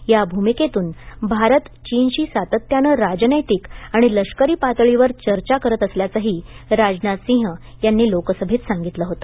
या भूमिकेतून भारत चीनशी सातत्यानं राजनैतिक आणि लष्करी पातळीवर चर्चा करत असल्याचंही राजनाथ सिंह लोकसभेत सांगितलं होतं